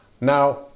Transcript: now